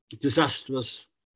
disastrous